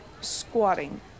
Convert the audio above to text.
squatting